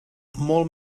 molt